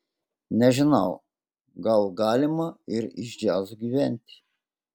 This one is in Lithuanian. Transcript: nežinau gal galima ir iš džiazo gyventi